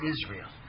Israel